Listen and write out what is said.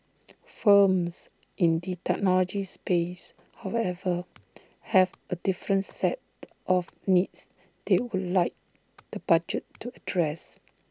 firms in the technology space however have A different set of needs they would like the budget to address